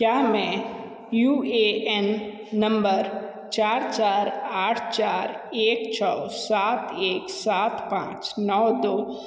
क्या में U A N चार चार आठ चार एक छ सात एक सात पाँच नौ दो